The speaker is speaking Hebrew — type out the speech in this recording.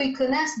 הוא ייכנס,